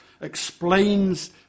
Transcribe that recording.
explains